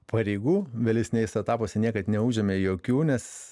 pareigų vėlesniais etapuose niekad neužėmė jokių nes